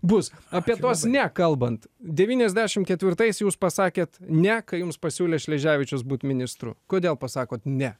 bus apie tuos ne kalbant devyniasdešimt ketvirtais jūs pasakėt ne kai jums pasiūlė šleževičius būt ministru kodėl pasakot ne